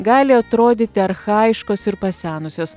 gali atrodyti archajiškos ir pasenusios